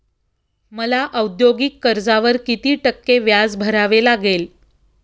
मला औद्योगिक कर्जावर किती टक्के व्याज भरावे लागेल?